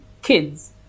kids